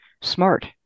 smart